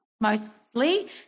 mostly